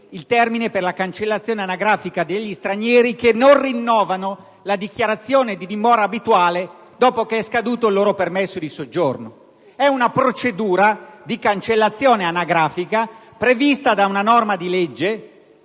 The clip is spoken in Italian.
il termine per la cancellazione anagrafica degli stranieri che non rinnovano la dichiarazione di dimora abituale dopo che è scaduto il loro permesso di soggiorno. Si tratta di una procedura di cancellazione anagrafica prevista da una norma di legge